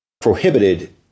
prohibited